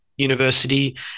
university